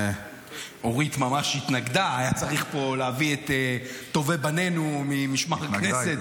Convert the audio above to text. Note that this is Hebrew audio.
יש לי סט ערכים שונה משלכם.